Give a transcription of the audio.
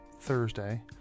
Thursday